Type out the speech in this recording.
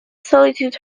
solitude